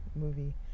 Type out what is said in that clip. movie